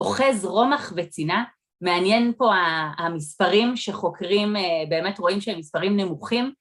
אוחז רומך וצינה, מעניין פה המספרים שחוקרים, באמת רואים שהמספרים נמוכים.